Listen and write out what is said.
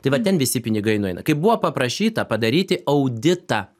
tai va ten visi pinigai nueina kai buvo paprašyta padaryti auditą